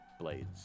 blades